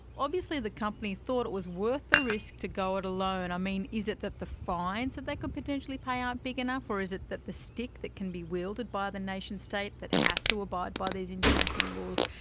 obviously the company thought it was worth the risk to go it alone. i mean, is it that the fines that they could potentially pay aren't big enough, or is it that the stick that can be wielded by the nation-state that has to abide by these international laws,